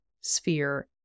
sphere